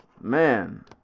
Man